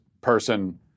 person